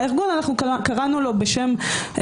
אנחנו קראנו לארגון בשם גנרי,